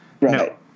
Right